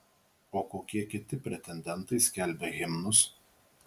o kokie kiti pretendentai skelbia himnus